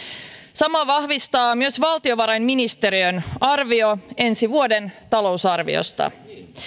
saman vahvistaa myös valtiovarainministeriön arvio ensi vuoden talousarviosta